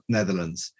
Netherlands